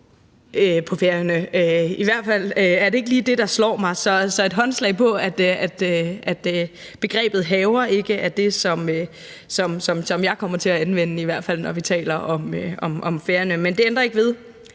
på Færøerne. I hvert fald er det ikke lige det, der slår mig. Så et håndslag på, at begrebet haver ikke er det, som jeg kommer til at anvende – i hvert fald ikke, når vi taler om Færøerne, men det ændrer ikke ved,